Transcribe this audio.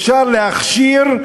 אפשר להכשיר,